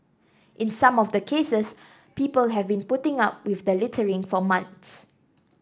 in some of the cases people have been putting up with the littering for months